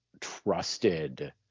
trusted